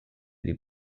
dei